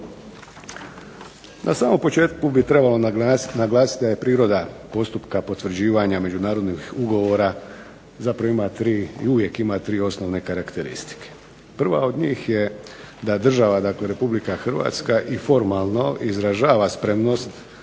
Na samom početku bi trebalo naglasiti da je priroda postupka potvrđivanja međunarodnih ugovora zapravo ima tri i uvijek ima tri osnovne karakteristike. Prva od njih je da država, dakle Republika Hrvatska i formalno izražava spremnost